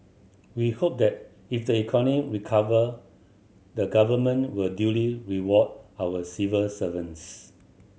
we hope that if the economy recover the Government will duly reward our civil servants